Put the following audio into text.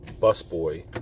busboy